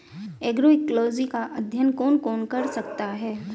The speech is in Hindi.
एग्रोइकोलॉजी का अध्ययन कौन कौन कर सकता है?